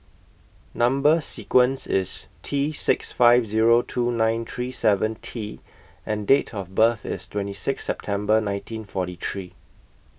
Number sequence IS T six five Zero two nine three seven T and Date of birth IS twenty six September nineteen forty three